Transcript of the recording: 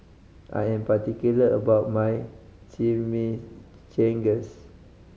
I am particular about my Chimichangas